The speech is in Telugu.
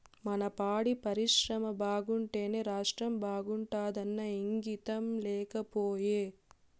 మన పాడి పరిశ్రమ బాగుంటేనే రాష్ట్రం బాగుంటాదన్న ఇంగితం లేకపాయే